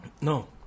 No